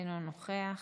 אינו נוכח.